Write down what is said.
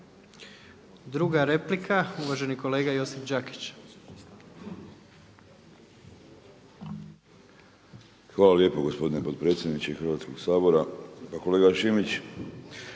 Druga replika uvaženi kolega Josip Đakić. **Đakić, Josip (HDZ)** Hvala lijepo gospodine potpredsjedniče Hrvatskog sabora. Pa kolega Šimić,